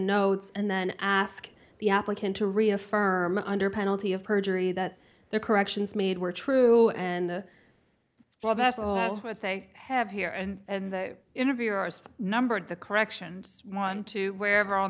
notes and then ask the applicant to reaffirm under penalty of perjury that the corrections made were true and the well that's what they have here and the interviewers numbered the corrections one to wherever on